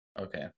okay